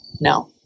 No